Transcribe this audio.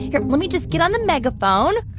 here, let me just get on the megaphone